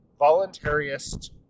voluntarist